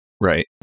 right